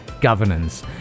governance